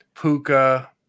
Puka